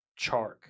Chark